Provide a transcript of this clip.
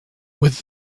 with